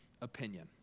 opinion